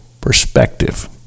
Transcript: perspective